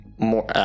more